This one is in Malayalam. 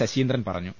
ശശീന്ദ്രൻ പറഞ്ഞു